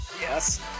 Yes